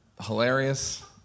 hilarious